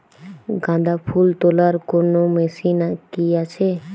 গাঁদাফুল তোলার কোন মেশিন কি আছে?